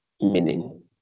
meaning